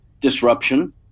disruption